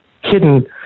hidden